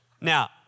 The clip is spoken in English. Now